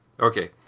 okay